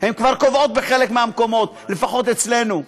הן כבר קובעות בחלק מהמקומות, לפחות אצלנו.